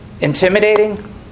Intimidating